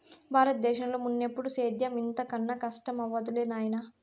బారత దేశంలో మున్నెప్పుడూ సేద్యం ఇంత కనా కస్టమవ్వలేదు నాయనా